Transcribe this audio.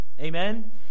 Amen